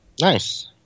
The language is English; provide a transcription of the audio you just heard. nice